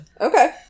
Okay